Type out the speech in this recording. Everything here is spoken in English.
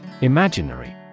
Imaginary